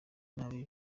nabi